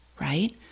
Right